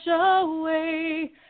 away